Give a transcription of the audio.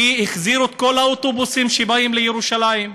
כי החזירו את כל האוטובוסים שבאים לירושלים,